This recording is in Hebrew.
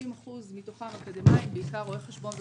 90% מתוכם אקדמאיים, בעיקר רואי חשבון וכלכלנים.